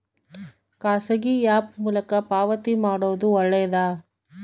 ಖಾಸಗಿ ಆ್ಯಪ್ ಮೂಲಕ ಪಾವತಿ ಮಾಡೋದು ಒಳ್ಳೆದಾ?